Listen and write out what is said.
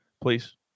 please